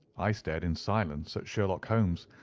i stared in silence at sherlock holmes,